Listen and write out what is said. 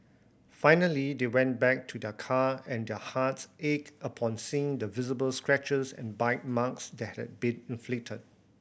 finally they went back to their car and their hearts ached upon seeing the visible scratches and bite marks that had been inflicted